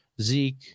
Zeke